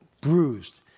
bruised